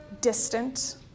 distant